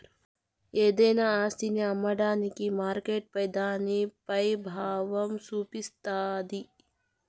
ఏదైనా ఆస్తిని అమ్మేదానికి మార్కెట్పై దాని పెబావం సూపిస్తాది